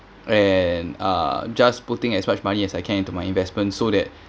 and uh just putting as much money as I can to my investment so that